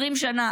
20 שנה.